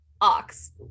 Ox